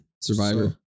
Survivor